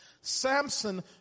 Samson